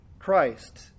Christ